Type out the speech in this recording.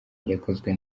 yakozwe